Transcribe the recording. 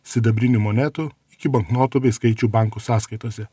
sidabrinių monetų iki banknotų bei skaičių bankų sąskaitose